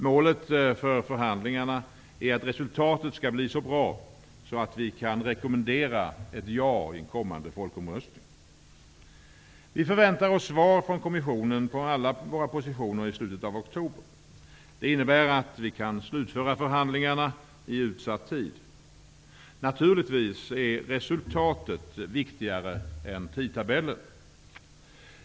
Målet för förhandlingarna är att resultatet skall bli så bra att vi kan rekommendera ett ja i kommande folkomröstning. Vi förväntar oss svar från kommissionen vad gäller alla våra förhandlingspositioner i slutet av oktober. Det innebär att vi kan slutföra förhandlingarna på utsatt tid. Naturligtvis är resultatet viktigare än tidtabellen.